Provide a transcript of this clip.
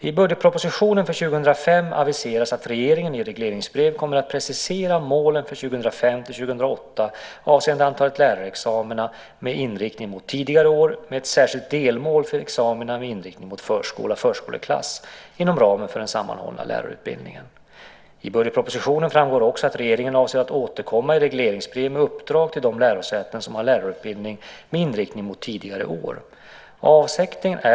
I budgetpropositionen för 2005 aviseras att regeringen i regleringsbrev kommer att precisera målen för 2005-2008 avseende antalet lärarexamina med inriktning mot tidigare år med ett särskilt delmål för examina med inriktning mot förskola och förskoleklass inom ramen för den sammanhållna lärarutbildningen. I budgetpropositionen framgår också att regeringen avser att återkomma i regleringsbrev med uppdrag till de lärosäten som har lärarutbildning med inriktning mot tidigare år.